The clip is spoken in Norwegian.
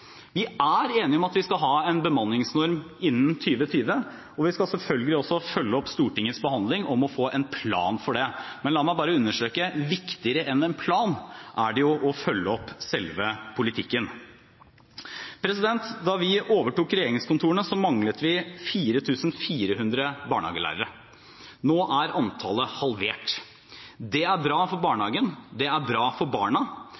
Vi er enige om at vi skal ha en bemanningsnorm innen 2020, og vi skal selvfølgelig også følge opp Stortingets bestilling om å få en plan for det. Men la meg bare understreke at viktigere enn en plan er det å følge opp selve politikken. Da vi overtok regjeringskontorene, manglet vi 4 400 barnehagelærere. Nå er antallet halvert. Det er bra for barnehagen, det er bra for barna,